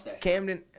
Camden